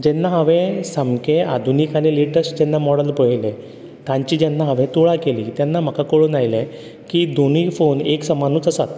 जेन्ना हांवें सामकें आधुनीक आनी लेटस्ट जेन्ना मॉडल पळयले तांची जेन्ना हांवें तुळा केली तेन्ना म्हाका कळून आयलें की दोनूय फोन एकसमानूत आसात